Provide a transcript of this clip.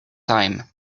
time